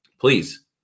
please